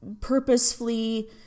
purposefully